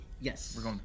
Yes